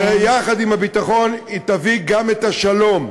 ביחד עם הביטחון, הוא יביא גם את השלום.